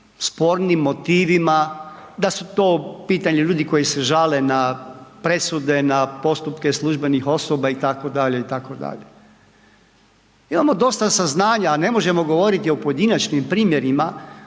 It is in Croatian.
spornim motivima, da su to pitanja ljudi koji se žale na presude, na postupke službenih osoba itd. itd. Imamo dosta saznanja, a ne možemo govoriti o pojedinačnim primjerima,